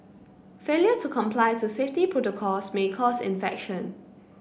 failure to comply to safety protocols may cause infection